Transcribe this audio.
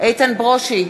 איתן ברושי,